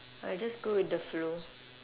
I just go with the flow